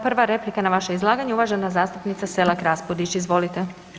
Prva replika na vaše izlaganje uvažena zastupnica Selak Raspudić, izvolite.